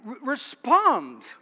respond